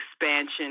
expansion